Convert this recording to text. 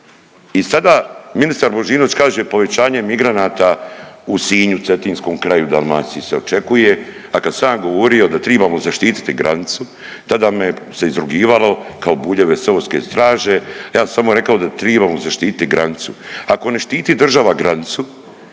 I sada ministar Božinović kaže povećanje migranta u Sinju, Cetinskom kraju, Dalmaciji se očekuje, a kad sam ja govorio da tribamo zaštiti granicu, tada me je se izrugivalo kao Buljeve seoske straže. Ja sam samo rekao da tribamo zaštiti granicu. Ako ne štiti država granicu